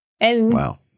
Wow